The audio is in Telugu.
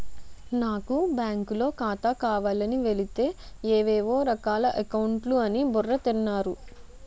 నాకు బాంకులో ఖాతా కావాలని వెలితే ఏవేవో రకాల అకౌంట్లు అని బుర్ర తిన్నారు